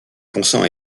consent